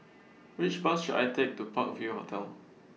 Which Bus should I Take to Park View Hotel